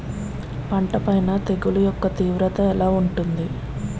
పంట పైన తెగుళ్లు యెక్క తీవ్రత ఎలా ఉంటుంది